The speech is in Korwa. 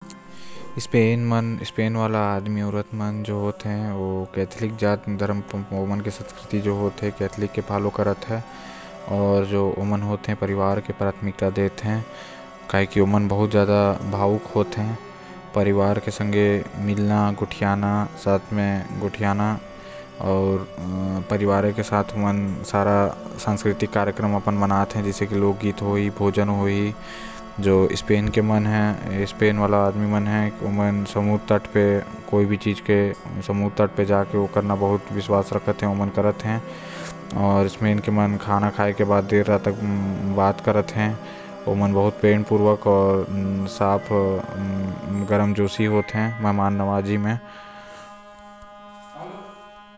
स्पेन के जो आदमी मन रहते ओ कैथलिक धर्म के संस्कृति ल फॉलो करते यानि की ओलआ मानते। आऊ ओमन परिवार के प्राथमिकता देते काबर की ओमन बहुत भावुक होते आऊ परिवार के सांघे मिलना गोठियाना ए सब करते ओमन।